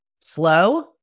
slow